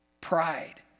Pride